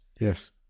yes